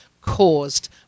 caused